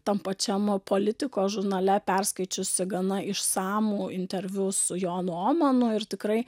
tam pačiam politikos žurnale perskaičiusi gana išsamų interviu su jonu omanu ir tikrai